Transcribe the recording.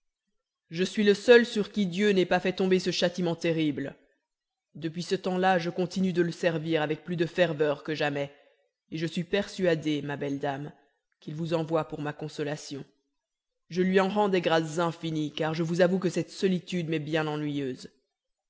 je suis le seul sur qui dieu n'ait pas fait tomber ce châtiment terrible depuis ce temps-là je continue de le servir avec plus de ferveur que jamais et je suis persuadé ma belle dame qu'il vous envoie pour ma consolation je lui en rends des grâces infinies car je vous avoue que cette solitude m'est bien ennuyeuse